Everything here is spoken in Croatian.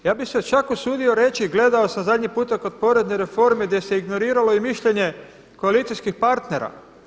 Ja bih se čak usudio reći, gledao sam zadnji puta kod porezne reforme gdje se ignoriralo i mišljenje koalicijskih partnera.